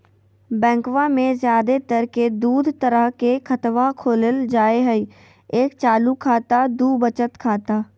बैंकवा मे ज्यादा तर के दूध तरह के खातवा खोलल जाय हई एक चालू खाता दू वचत खाता